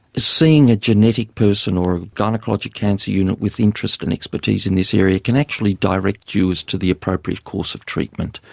seeing a genetic person or a gynaecological cancer unit with interest and expertise in this area can actually direct you as to the appropriate course of treatment.